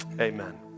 amen